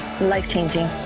Life-changing